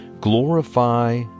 glorify